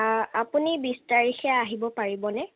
আপুনি বিছ তাৰিখে আহিব পাৰিবনে